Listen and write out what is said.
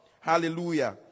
Hallelujah